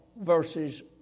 verses